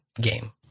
game